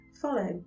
follow